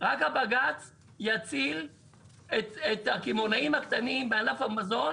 יציל את הקמעונאים הקטנים בענף המזון